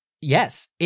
Yes